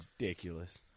Ridiculous